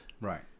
Right